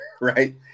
Right